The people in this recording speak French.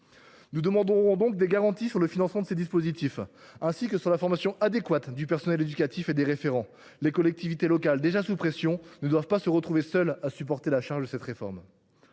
nous demanderons que des garanties soient apportées sur le financement de ces mesures, ainsi que sur la formation adéquate du personnel éducatif et des référents. Les collectivités locales, déjà sous pression, ne doivent pas se retrouver seules à supporter la charge de cette réforme.